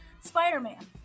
Spider-Man